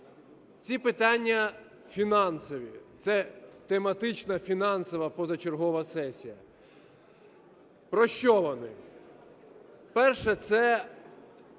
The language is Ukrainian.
Ці питання фінансові, це тематична фінансова позачергова сесія. Про що вони? Перше – це